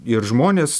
ir žmonės